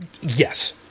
Yes